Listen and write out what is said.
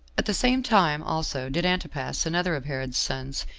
at the same time also did antipas, another of herod's sons,